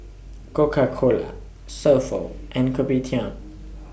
Coca Cola So Pho and Kopitiam